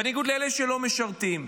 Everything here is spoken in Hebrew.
בניגוד לאלה שלא משרתים.